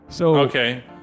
Okay